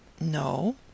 No